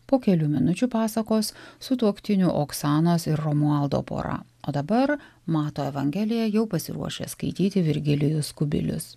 po kelių minučių pasakos sutuoktinių oksanos ir romualdo pora o dabar mato evangelija jau pasiruošė skaityti virgilijus kubilius